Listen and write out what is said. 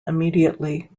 immediately